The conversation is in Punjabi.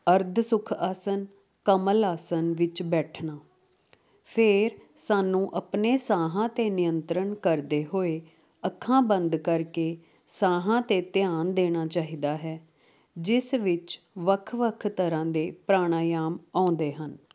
ਅਰਧ ਸੁਖ ਆਸਨ ਕਮਲ ਆਸਨ ਵਿੱਚ ਬੈਠਣਾ ਫਿਰ ਸਾਨੂੰ ਆਪਣੇ ਸਾਹਾਂ 'ਤੇ ਨਿਅੰਤਰਨ ਕਰਦੇ ਹੋਏ ਅੱਖਾਂ ਬੰਦ ਕਰਕੇ ਸਾਹਾਂ 'ਤੇ ਧਿਆਨ ਦੇਣਾ ਚਾਹੀਦਾ ਹੈ ਜਿਸ ਵਿੱਚ ਵੱਖ ਵੱਖ ਤਰ੍ਹਾਂ ਦੇ ਪ੍ਰਾਣਾਯਾਮ ਆਉਂਦੇ ਹਨ